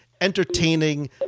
entertaining